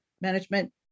management